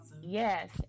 Yes